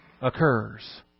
occurs